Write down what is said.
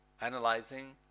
analyzing